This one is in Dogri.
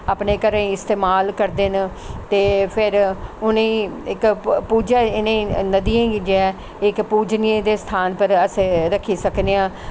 अपने घरें इस्तमाल करदे न ते फिर उ'नेंगी इक पूज़ा इ'नें नदियें गी गै इक पूज़नियें दे स्थान पर अस रक्खी सकने आं